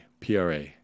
PRA